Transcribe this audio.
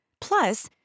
Plus